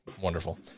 wonderful